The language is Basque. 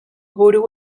buru